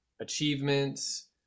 achievements